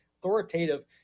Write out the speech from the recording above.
authoritative